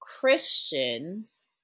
Christians